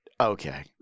okay